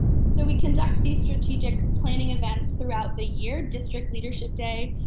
so we conduct these strategic planning events throughout the year. district leadership day,